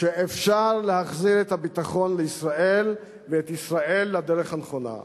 שאפשר להחזיר את הביטחון לישראל ואת ישראל לדרך הנכונה.